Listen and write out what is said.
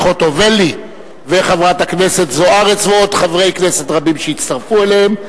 חוטובלי וחברת הכנסת זוארץ ועוד חברי כנסת רבים שהצטרפו אליהן,